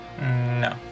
No